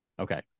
Okay